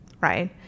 right